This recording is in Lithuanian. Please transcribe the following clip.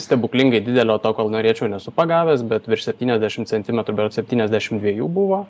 stebuklingai didelio to kol norėčiau nesu pagavęs bet virš septyniasdešim centimetrų berods septyniasdešim dviejų buvo